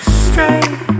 straight